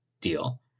deal